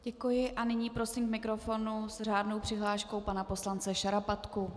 Děkuji a nyní prosím k mikrofonu s řádnou přihláškou pana poslance Šarapatku.